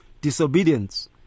Disobedience